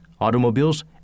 automobiles